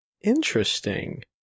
Interesting